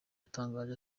yatangaje